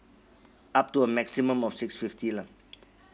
up to a maximum of six fifty lah